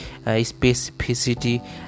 specificity